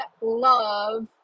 love